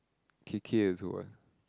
K K also what